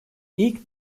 i̇lk